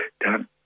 done